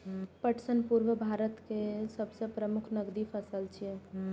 पटसन पूर्वी भारत केर सबसं प्रमुख नकदी फसल छियै